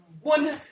one